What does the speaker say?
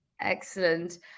Excellent